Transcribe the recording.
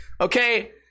Okay